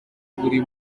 buri